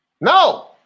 no